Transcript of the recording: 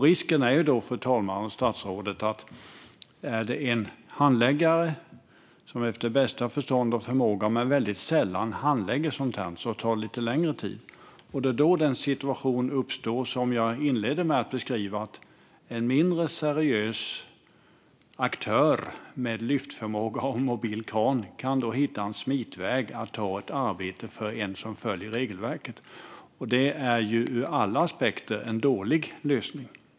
Risken är, fru talman och statsrådet, att om det är en handläggare som efter bästa förstånd och förmåga men väldigt sällan handlägger sådant här tar det lite längre tid. Det är då den situation uppstår som jag inledde med att beskriva, där en mindre seriös aktör med lyftförmåga och mobilkran kan hitta en smitväg för att ta ett arbete för en som följer regelverket. Det är ur alla aspekter en dålig lösning.